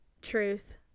truth